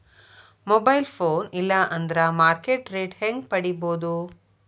Mobile phone ಇಲ್ಲಾ ಅಂದ್ರ market rate ಹೆಂಗ್ ಪಡಿಬೋದು?